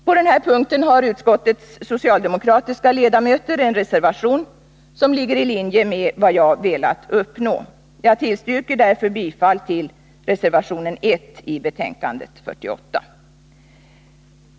På den här punkten har utskottets socialdemokratiska ledamöter en reservation som ligger i linje med vad jag velat uppnå. Jag tillstyrker därför bifall till reservationen 1 vid näringsutskottets betänkande 48.